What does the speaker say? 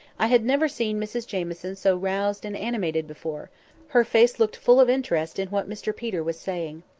i had never seen mrs jamieson so roused and animated before her face looked full of interest in what mr peter was saying.